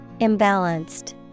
Imbalanced